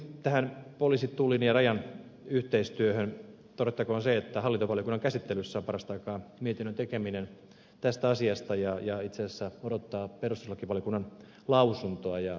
kommenttina poliisin tullin ja rajan yhteistyöhön todettakoon se että hallintovaliokunnan käsittelyssä on parasta aikaa mietinnön tekeminen tästä asiasta ja se odottaa itse asiassa perustuslakivaliokunnan lausuntoa